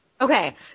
Okay